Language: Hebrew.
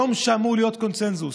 יום שאמור להיות קונסנזוס,